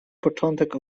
początek